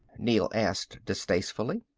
neel asked distastefully.